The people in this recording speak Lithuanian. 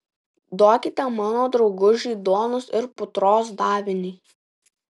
duokite mano draugužiui duonos ir putros davinį